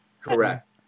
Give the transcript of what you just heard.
Correct